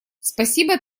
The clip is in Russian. спасибо